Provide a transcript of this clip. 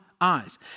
eyes